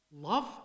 Love